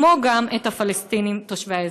וגם את של הפלסטינים תושבי האזור?